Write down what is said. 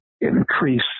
increase